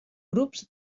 grups